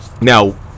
Now